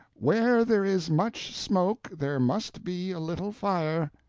where there is much smoke there must be a little fire,